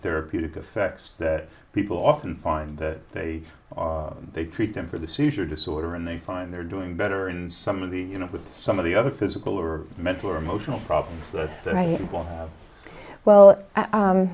therapeutic effects that people often find that they they treat them for the seizure disorder and they find they're doing better in some of the you know with some of the other physical or mental or emotional problems that i was well